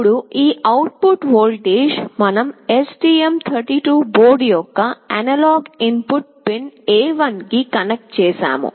ఇప్పుడు ఈ output voltage మనం STM32 బోర్డు యొక్క analog input pin A1 కి కనెక్ట్ చేసాము